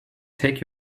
take